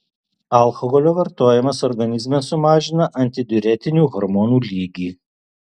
alkoholio vartojimas organizme sumažina antidiuretinių hormonų lygį